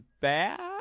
bad